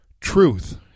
Truth